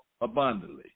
abundantly